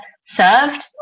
served